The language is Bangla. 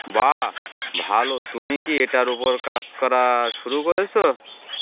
বা ভালো তুমি কি এটার ওপর কাজ করা শুরু করেছ